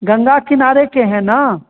गंगा किनारे के हैं ना